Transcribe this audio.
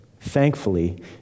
thankfully